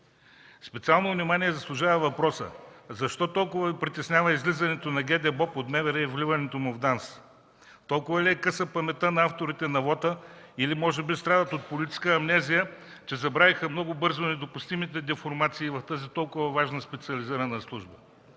Специално внимание заслужава въпросът: защо толкова Ви притеснява излизането на ГДБОП от МВР и вливането му в ДАНС? Толкова ли е къса паметта на авторите на вота, или може би страдат от политическа амнезия, че забравиха много бързо недопустимите деформации в тази толкова важна специализирана служба?